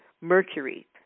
Mercury